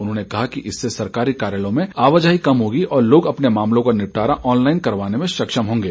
उन्होंने कहा कि इससे सरकारी कार्यालयों में आवाजाही कम होगी और लोग अपने मामलों का निपटारा ऑनलाईन करवाने में सक्षम होंगे